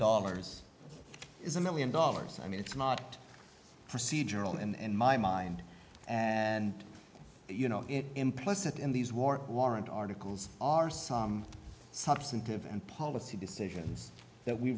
dollars is a million dollars i mean it's not procedural and my mind and you know it implicit in these war warrant articles are some substantive and policy decisions that we